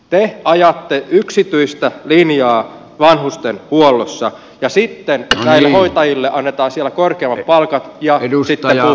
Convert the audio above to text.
te ajatte yksityistä linjaa vanhustenhuollossa ja sitten näille hoitajille annetaan siellä korkeammat palkat ja sitten puuttuu julkiselta puolelta